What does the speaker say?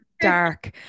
dark